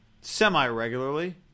Semi-regularly